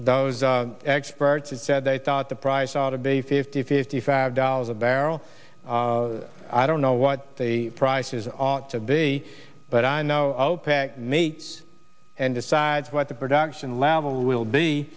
those experts that said they thought the price ought to be fifty fifty five dollars a barrel i don't know what the prices ought to be but i know opec meets and decides what the production level will be